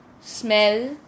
smell